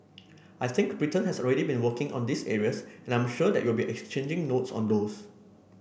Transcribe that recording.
I think Britain has already been working on these areas and I'm sure that we'll be exchanging notes on those